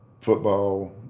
football